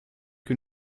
que